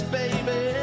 baby